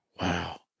wow